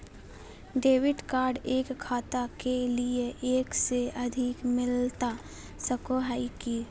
Debit card एक खाता के लिए एक से अधिक मिलता सको है की?